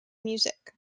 music